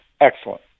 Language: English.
excellent